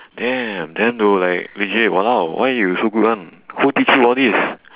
damn damn though like legit !walao! why you so good [one] who teach you all these